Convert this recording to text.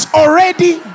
already